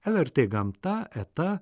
lrt gamta eta